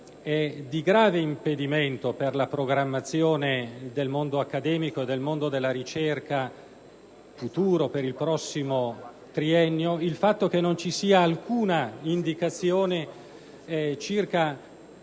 è di grave impedimento per la programmazione del mondo accademico e della ricerca futuro, per il primo triennio, il fatto che non ci sia alcuna indicazione circa